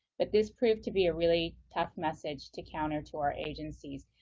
but this proved to be a really tough message to counter to our agencies,